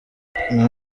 nta